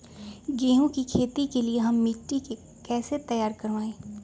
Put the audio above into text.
गेंहू की खेती के लिए हम मिट्टी के कैसे तैयार करवाई?